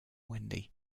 wendy